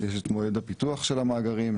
יש את מועד הפיתוח של המאגרים,